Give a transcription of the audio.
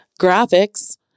graphics